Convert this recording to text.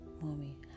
Mommy